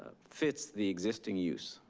fits the existing use.